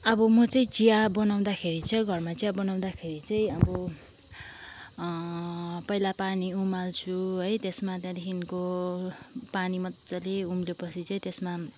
अब मो चाहिँ चिया बनाउँदाखेरि चाहिँ घरमा चिया बनाउँदाखेरि चाहिँ अब पहिला पानी उमाल्छु है त्यसमा त्यहाँदेखिको पानी मज्जाले उम्लेपछि चाहिँ त्यसमा